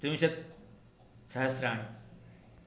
त्रिंशत् सहस्राणि